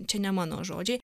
čia ne mano žodžiai